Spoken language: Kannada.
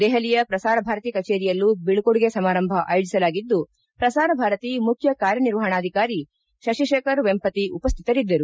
ದೆಪಲಿಯ ಪ್ರಸಾರ ಭಾರತಿ ಕಚೇರಿಯಲ್ಲೂ ಬೀಳ್ಳೊಡುಗೆ ಸಮಾರಂಭ ಆಯೋಜಿಸಲಾಗಿದ್ದು ಪ್ರಸಾರ ಭಾರತಿ ಮುಖ್ಯ ಕಾರ್ಯನಿರ್ವಹಣಾಧಿಕಾರಿ ಶಶಿಶೇಖರ್ ವೆಂಪತಿ ಉಪಶ್ಥಿತರಿದ್ದರು